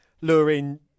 luring